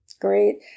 Great